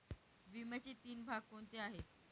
विम्याचे तीन भाग कोणते आहेत?